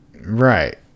Right